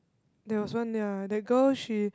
there was one ya that girl she